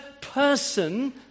person